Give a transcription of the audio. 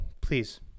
please